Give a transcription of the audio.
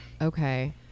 Okay